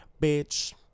Bitch